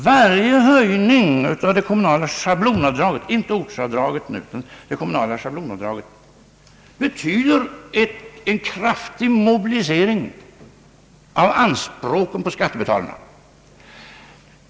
Varje höjning av det kommunala schablonavdraget — inte ortsavdraget — betyder en kraftig mobilisering av anspråken på skattebetalarna.